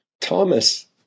Thomas